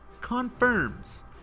Confirms